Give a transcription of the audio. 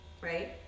right